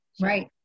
Right